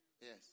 Yes